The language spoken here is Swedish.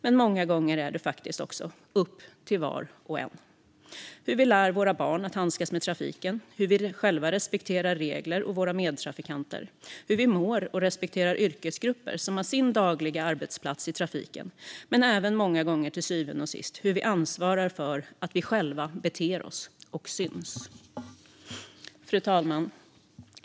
Men många gånger är det faktiskt upp till var och en - hur vi lär våra barn att handskas med trafiken, hur vi själva respekterar regler och våra medtrafikanter, hur vi mår och respekterar yrkesgrupper som har sin dagliga arbetsplats i trafiken men även många gånger till syvende och sist hur vi ansvarar för att vi själva beter oss och syns. Fru talman!